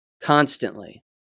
constantly